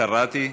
קראתי.